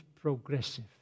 progressive